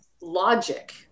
logic